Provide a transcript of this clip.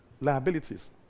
liabilities